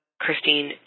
Christine